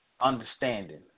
understanding